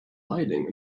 riding